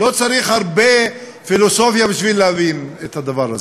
לא צריך הרבה פילוסופיה בשביל להבין את זה.